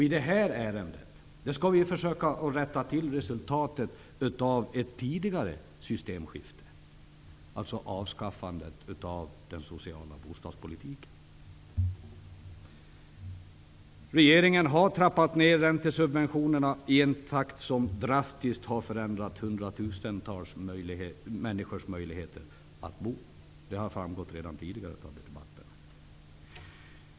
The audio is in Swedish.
I detta ärende skall vi försöka rätta till följden av ett tidigare systemskifte, alltså avskaffandet av den sociala bostadspolitiken. Regeringen har trappat ned räntesubventionerna i en takt som drastiskt har förändrat hundratusentals människors möjligheter att bo. Det har framgått tidigare under debatten.